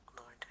Lord